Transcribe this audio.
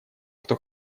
кто